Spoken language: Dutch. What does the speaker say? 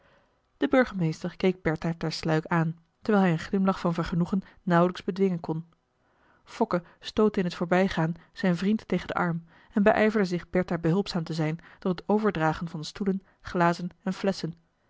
de burgemeester keek bertha ter sluik aan terwijl hij een glimlach van vergenoegen nauwelijks bedwingen kon fokke stootte in het voorbijgaan zijn vriend tegen den arm en beijverde zich bertha behulpzaam te zijn door het overdragen van stoelen glazen en flesschen